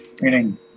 meaning